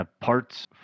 parts